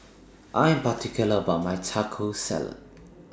I Am particular about My Taco Salad